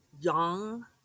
Young